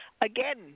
Again